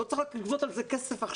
לא צריך עכשיו לגבות על כך כסף.